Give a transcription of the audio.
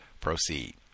proceed